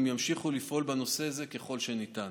הם ימשיכו לפעול בנושא הזה ככל שניתן.